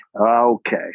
Okay